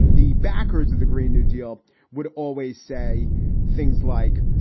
the backers of the green new deal would always say things like,